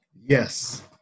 Yes